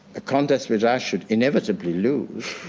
a contest which i should inevitably lose,